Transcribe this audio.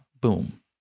Boom